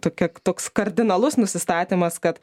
tokia toks kardinalus nusistatymas kad